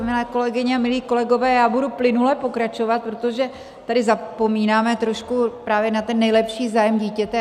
Milé kolegyně, milí kolegové, já budu plynule pokračovat, protože tady zapomínáme trošku právě na nejlepší zájem dítěte.